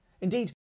Indeed